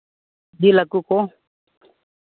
ᱡᱤᱞ ᱦᱟᱹᱠᱩ ᱠᱚ